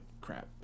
crap